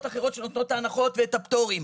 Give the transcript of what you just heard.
אחרות שנותנות את ההנחות ואת הפטורים.